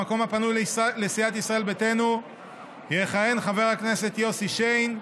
במקום הפנוי לסיעת ישראל ביתנו יכהן חבר הכנסת יוסי שיין,